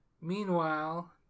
Meanwhile